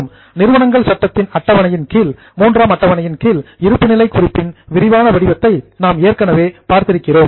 companies act நிறுவனங்கள் சட்டத்தின் III அட்டவணையின் கீழ் இருப்புநிலை குறிப்பின் விரிவான வடிவத்தை நாம் ஏற்கனவே பார்த்திருக்கிறோம்